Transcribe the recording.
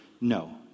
no